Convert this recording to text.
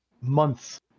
months